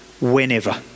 whenever